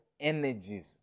energies